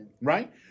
right